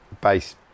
base